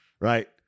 Right